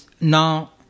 now